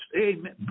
Amen